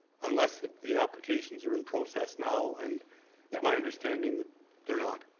unless the the applications are in process now, and yeah my understanding that they're not,